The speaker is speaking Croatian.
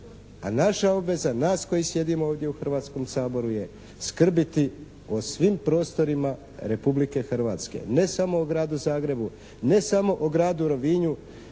a naša obveza nas koji sjedimo ovdje u Hrvatskom saboru je skrbiti o svim prostorima Republike Hrvatske, ne samo o Gradu Zagrebu, ne samo o gradu Rovinju